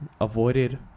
avoided